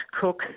cook